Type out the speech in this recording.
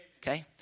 Okay